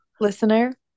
listener